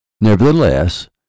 Nevertheless